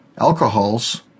alcohols